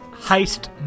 heist